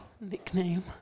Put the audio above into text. nickname